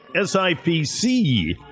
SIPC